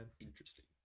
Interesting